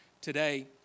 today